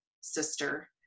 sister